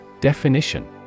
Definition